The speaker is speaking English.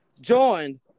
joined